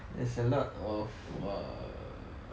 there's a lot of err